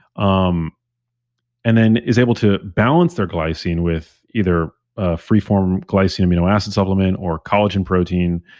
um and then is able to balance their glycine with either ah free form glycine amino acid supplement or collagen protein,